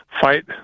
fight